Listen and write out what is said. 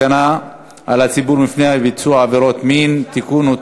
אנחנו עוברים להצעת חוק הגנה על הציבור מפני ביצוע עבירות מין (תיקון,